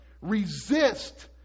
resist